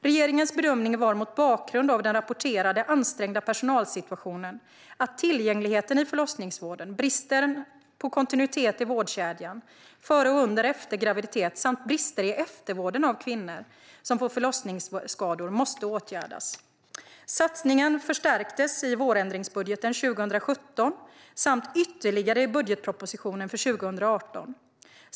Regeringens bedömning var, mot bakgrund av den rapporterade ansträngda personalsituationen, att tillgängligheten till förlossningsvården, bristen på kontinuitet i vårdkedjan före, under och efter graviditet och brister i eftervården av kvinnor som får förlossningsskador måste åtgärdas. Satsningen förstärktes i vårändringsbudgeten för 2017 samt ytterligare i budgetpropositionen för 2018.